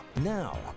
Now